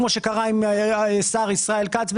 כמו שקרה עם השר ישראל כץ,